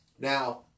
now